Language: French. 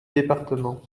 département